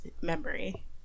memory